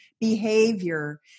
behavior